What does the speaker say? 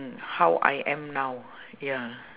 mm how I am now ya